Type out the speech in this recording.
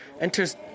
enters